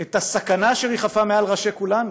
את הסכנה שריחפה מעל ראשי כולנו,